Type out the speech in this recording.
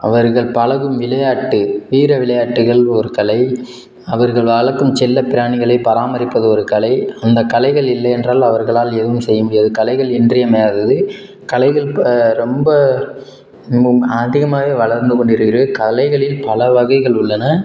அவர்கள் பழகும் விளையாட்டு வீர விளையாட்டுகள் ஒரு கலை அவர்கள் வளர்க்கும் செல்லப்பிராணிகளை பராமரிப்பது ஒரு கலை அந்த கலைகள் இல்லை என்றால் அவர்களால் எதுவும் செய்ய முடியாது கலைகள் இன்றியமையாதது கலைகள் இப்ப ரொம்ப மிகவும் அதிகமாகவே வளர்ந்துக் கொண்டு இருக்கிறது கலைகளில் பல வகைகள் உள்ளன